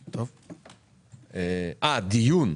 דיון?